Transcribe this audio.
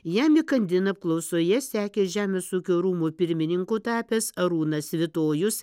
jam įkandin apklausoje sekė žemės ūkio rūmų pirmininku tapęs arūnas svitojus